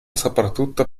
soprattutto